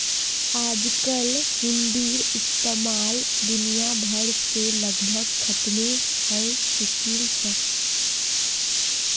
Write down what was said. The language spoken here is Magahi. आजकल हुंडीर इस्तेमाल दुनिया भर से लगभग खत्मे हय चुकील छ